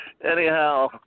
Anyhow